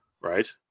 right